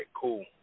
cool